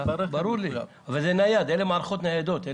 אבל אלה מערכות ניידות.